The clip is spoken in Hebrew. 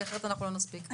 כי אחרת אנחנו לא נספיק.